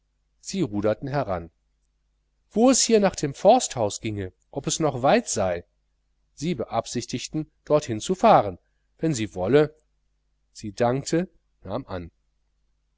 sie ruderten heran wo es hier nach dem forsthaus ginge ob es noch weit sei sie beabsichtigten dorthin zu fahren wenn sie wolle sie dankte nahm an